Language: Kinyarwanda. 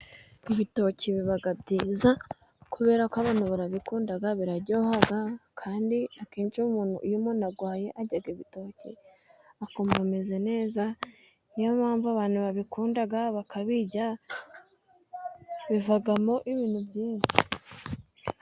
Ibitoki biba byiza kubera ko abantu barabikunda biraryoha. Kandi akenshi iyo umuntu iyo umuntu arwaye arya ibitoki a akumva ameze neza. Niyo mpamvu abantu babikunda bakabirya. Bivamo ibintu byinshi.